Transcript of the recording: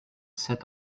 set